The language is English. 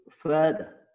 further